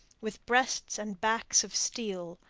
with breasts and backs of steel,